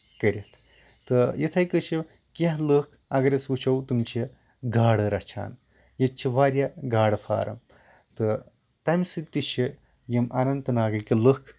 تہٕ یِتھٕے کٲٹھۍ چھِ کیٚنٛہہ لُکھ اَگر أسۍ وٕچھو تِم چھِ گاڈٕ رَچھان ییٚتہِ چھِ واریاہ گاڈٕ فارم تَمہِ سۭتۍ تہِ چھِ یِم اننت ناگٕکۍ لُکھ